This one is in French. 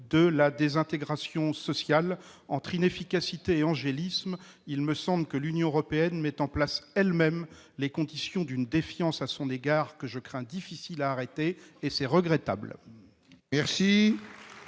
de la désintégration sociale. Entre inefficacité et angélisme, il me semble que l'Union européenne met elle-même en place les conditions d'une défiance à son égard, dont je crains qu'elle ne soit difficile à arrêter. C'est regrettable.